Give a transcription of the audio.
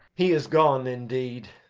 he is gone indeed.